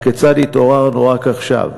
הכיצד התעוררנו רק עכשיו?